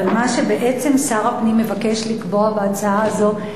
אבל מה שבעצם שר הפנים מבקש לקבוע בהצעה הזאת,